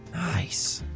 nice.